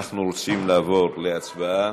אנחנו רוצים לעבור להצבעה.